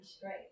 Great